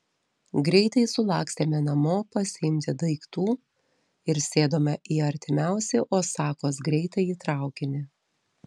greitai sulakstėme namo pasiimti daiktų ir sėdome į artimiausią osakos greitąjį traukinį